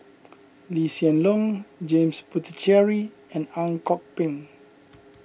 Lee Hsien Loong James Puthucheary and Ang Kok Peng